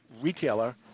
retailer